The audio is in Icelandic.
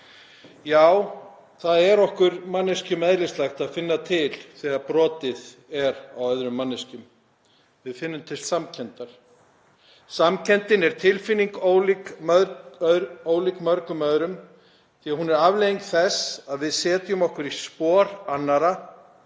Já, það er okkur manneskjum eðlislægt að finna til þegar brotið er á öðrum manneskjum. Við finnum til samkenndar. Samkenndin er tilfinning ólík mörgum öðrum tilfinningum því að hún er afleiðing þess að við setjum okkur í spor annarra,